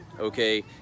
okay